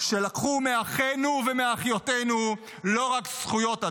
שלקחו מאחינו ומאחיותינו לא רק זכויות אדם,